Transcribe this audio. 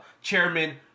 chairman